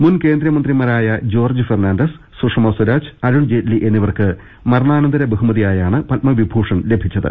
മുൻ കേന്ദ്രമന്ത്രിമാരായ ജോർജ് ഫെർണാണ്ടസ് സുഷമാസ്വരാജ് അരുൺ ജെയ്റ്റ്ലി എന്നിവർക്ക് മരണാനന്തര ബഹുമതിയായാണ് പത്മ വിഭൂഷൺ ലഭിച്ചത്